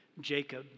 Jacob